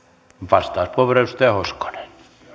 arvoisa herra puhemies